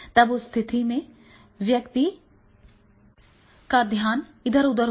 तब उस स्थिति में व्यक्ति रूचि खो देगा